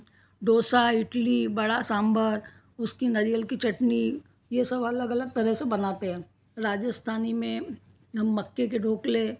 डोसा इडली वड़ा सांभर उसकी नारियल की चटनी यह सब अलग अलग तरह से बनाते हैं राजस्थानी में हम मक्के के ढोकले